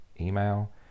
email